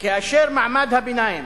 כאשר מעמד הביניים,